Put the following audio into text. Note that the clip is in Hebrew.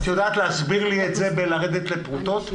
את יודעת להסביר לי ולפרוט את זה לפרוטות,